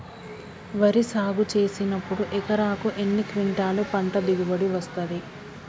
వరి సాగు చేసినప్పుడు ఎకరాకు ఎన్ని క్వింటాలు పంట దిగుబడి వస్తది?